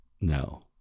no